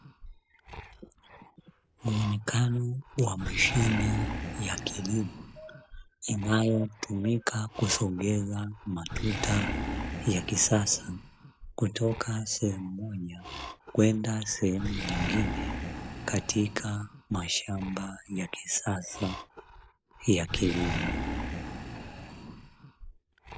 Muonekeno wa mashine ya kilimo inayotumika kusogeza matuta ya kisasa, kutoka sehemu moja kwenda sehemu nyingine katika mashamba ya kisasa ya kilimo.